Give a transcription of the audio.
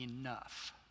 enough